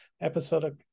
episodic